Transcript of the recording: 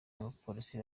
n’abapolisi